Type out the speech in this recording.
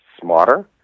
smarter